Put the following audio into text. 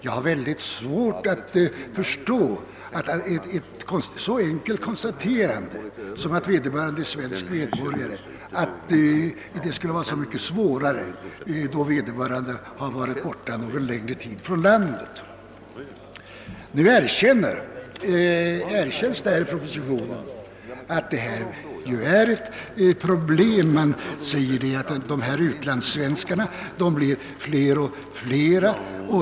Skall inte detta kunna styrkas genom att vederbörande har giltigt svenskt pass även i de fall han eller hon varit borta en längre tid från Sverige? Man konstaterar i propositionen att utlandssvenskarna blir fler och fler.